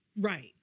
right